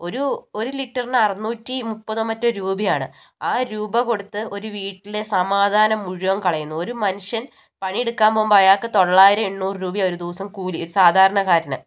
ഒരു ഒരു ലിറ്ററിന് അറുനൂറ്റി മുപ്പതോ മറ്റോ രൂപയാണ് ആ രൂപ കൊടുത്ത് ഒരു വീട്ടിലെ സമാധാനം മുഴുവൻ കളയുന്നു ഒരു മനുഷ്യൻ പണി എടുക്കാൻ പോവുമ്പൊ അയാൾക്ക് തൊള്ളായിരം എണ്ണൂറ് രൂപയ ഒരു ദിവസം കൂലി ഒരു സാധാരണക്കാരന്